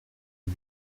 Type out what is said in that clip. aux